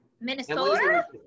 Minnesota